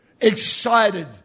excited